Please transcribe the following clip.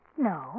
No